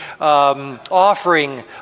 offering